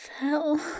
Fell